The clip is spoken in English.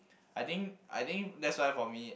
I think I think that's why for me